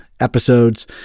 Episodes